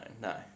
no